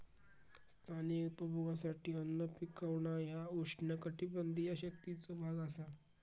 स्थानिक उपभोगासाठी अन्न पिकवणा ह्या उष्णकटिबंधीय शेतीचो भाग असा